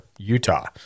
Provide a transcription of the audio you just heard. Utah